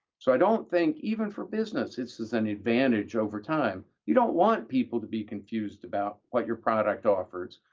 so i don't think, even for business, this is an advantage over time. you don't want people to be confused about what your product offers.